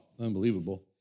Unbelievable